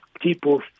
people